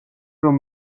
რომ